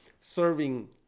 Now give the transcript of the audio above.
serving